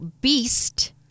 beast